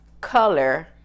color